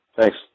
Thanks